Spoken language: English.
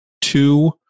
two